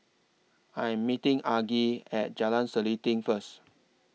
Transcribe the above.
I Am meeting Argie At Jalan Selanting First